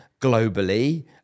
globally